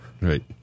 Right